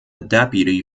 deputy